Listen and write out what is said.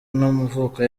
n’amavuko